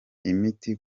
imiti